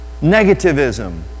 Negativism